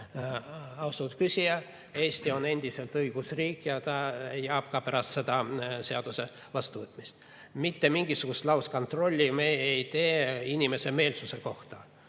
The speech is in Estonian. küsija! Eesti on endiselt õigusriik ja ta jääb selleks ka pärast seaduse vastuvõtmist. Mitte mingisugust lauskontrolli me ei tee inimeste meelsuse kohta.